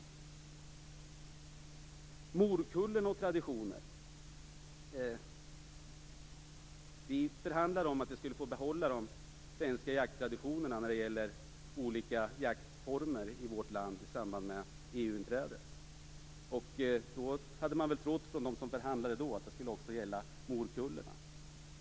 Jag skall nämna något om morkullan och traditionen. Vi förhandlade i samband med EU-inträdet om att vi skulle få behålla de svenska jakttraditionerna för olika jaktformer i vårt land. De som förhandlade då hade väl trott att detta också skulle gälla morkullorna.